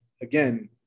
again